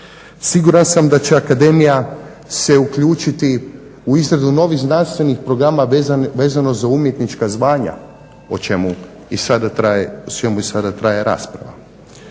Siguran sam da će Akademija se uključiti u izradu novih znanstvenih programa vezano za umjetnička zvanja o čemu i sada traje rasprava.